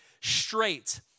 straight